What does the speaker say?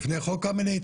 לפני חוק קמיניץ.